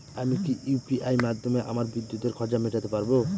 আমি কি ইউ.পি.আই মাধ্যমে আমার বিদ্যুতের খরচা মেটাতে পারব?